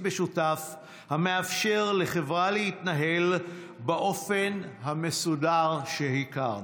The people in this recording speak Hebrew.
משותף המאפשר לחברה להתנהל באופן המסודר שהכרנו.